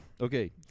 okay